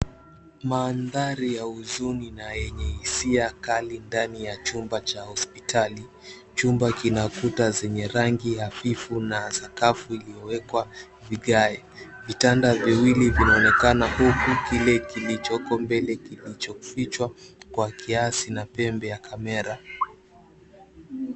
Mandhari ya huzuni na yenye hisia kali katika chumba cha hosipitali, chumba kina kuta zenye rangi hafifu na sakafu iliyowekwa vigae, vitanda viwili vinaonekana huku kile kilichoko mbele kimefichwa kiasi na pembe ya kamera.